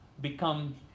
become